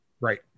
Right